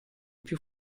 più